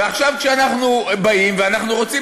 ועכשיו כשאנחנו באים ואנחנו רוצים,